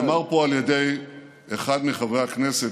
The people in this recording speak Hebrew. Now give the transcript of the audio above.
נאמר פה על ידי אחד מחברי הכנסת,